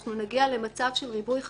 אנחנו נגיע למצב של ריבוי חקירות.